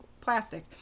plastic